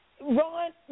Ron